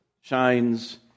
shines